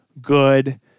good